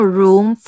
room